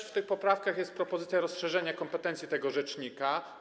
W poprawkach jest też propozycja rozszerzenia kompetencji tego rzecznika.